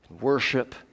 worship